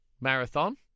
Marathon